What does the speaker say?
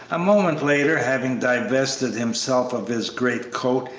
a moment later, having divested himself of his great coat,